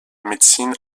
médecine